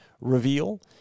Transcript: reveal